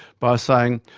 by saying,